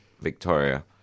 Victoria